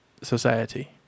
society